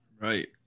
Right